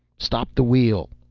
stop the wheel!